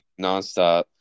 nonstop